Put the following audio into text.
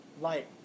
light